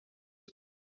und